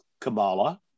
Kamala